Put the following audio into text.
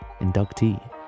inductee